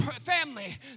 family